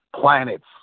planets